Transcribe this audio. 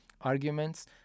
arguments